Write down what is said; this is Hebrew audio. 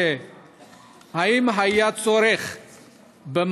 1. האם היה צורך במעצר